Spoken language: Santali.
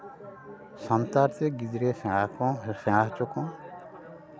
ᱥᱟᱱᱛᱟᱲ ᱛᱮ ᱜᱤᱫᱽᱨᱟᱹ ᱠᱷᱚᱱ ᱥᱮᱬᱟ ᱦᱚᱪᱚ ᱠᱚᱢ